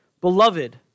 Beloved